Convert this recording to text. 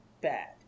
bad